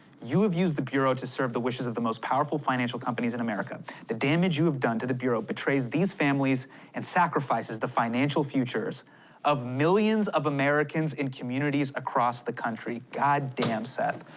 you have used the bureau to serve the wishes of the most powerful financial companies in america, the damage you have done to the bureau betrays these families and sacrifices the financial futures of millions of americans in communities across the country. goddamn, seth.